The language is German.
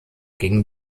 gegen